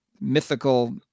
mythical